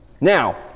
Now